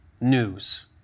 news